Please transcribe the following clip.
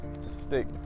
stick